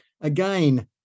again